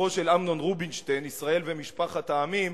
לספרו של אמנון רובינשטיין "ישראל ומשפחת העמים",